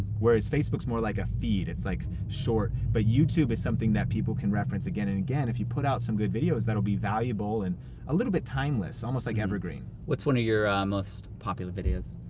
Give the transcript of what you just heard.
whereas facebook's more like a feed, it's like short. but youtube is something that people can reference again and again. if you put out some good videos that'll be valuable and a little bit timeless, almost like evergreen. what's one of your um most popular videos?